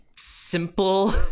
simple